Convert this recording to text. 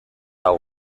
hau